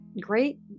great